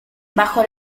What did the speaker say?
bajo